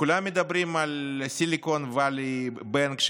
כולם מדברים על Silicon Valley Bank,